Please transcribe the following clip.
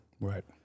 Right